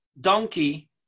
donkey